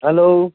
hello